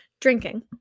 drinking